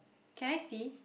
can I see